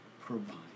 provide